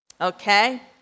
Okay